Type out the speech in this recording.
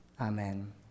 Amen